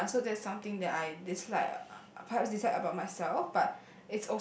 ya so that's something that I dislike uh perhaps dislike about myself but